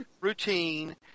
routine